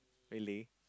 really